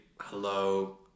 hello